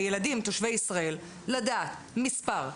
ילדים תושבי ישראל לדעת מספר,